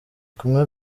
kumwe